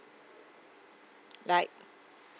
like